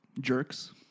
jerks